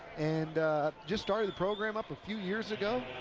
and just started the program up a few years ago,